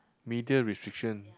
media restriction